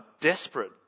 desperate